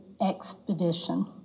expedition